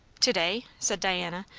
to-day? said diana,